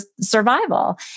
survival